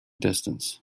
distance